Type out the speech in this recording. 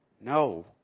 No